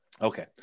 Okay